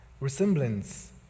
Resemblance